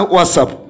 WhatsApp